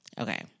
Okay